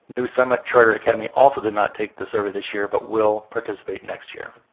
new summit charter academy also did not take the survey this year but will participate next year.